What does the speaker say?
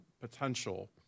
potential